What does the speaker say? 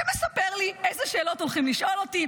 שמספר לי איזה שאלות הולכים לשאול אותי,